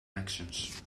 actions